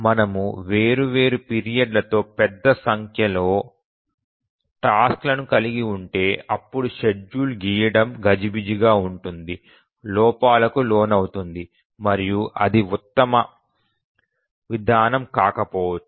మనము వేర్వేరు పీరియడ్ లతో పెద్ద సంఖ్యలో టాస్క్ లను కలిగి ఉంటే అప్పుడు షెడ్యూల్ గీయడం గజిబిజిగా ఉంటుంది లోపాలకు లోనవుతుంది మరియు అది ఉత్తమ విధానం కాకపోవచ్చు